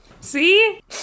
See